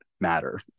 matter